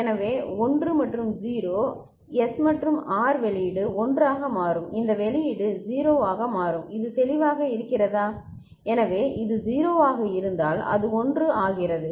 எனவே 1 மற்றும் 0 S மற்றும் R வெளியீடு 1 ஆக மாறும் இந்த வெளியீடு 0 ஆக மாறும் இது தெளிவாக இருக்கிறதா எனவே இது 0 ஆக இருந்தால் அது 1 ஆகிறது